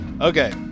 Okay